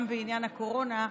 גם בעניין הקורונה,